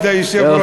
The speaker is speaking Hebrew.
כבוד היושב-ראש,